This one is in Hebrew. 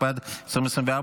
התשפ"ד 2024,